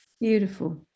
Beautiful